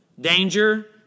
danger